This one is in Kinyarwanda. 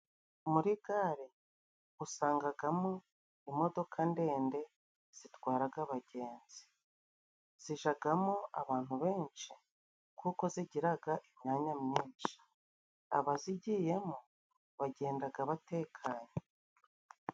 Muri gare usangagamo imodoka ndende zitwaraga abagenzi, zijagamo abantu benshi, kuko zigiraga imyanya myinshi abazigiyemo bagendaga batekanye.